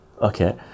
Okay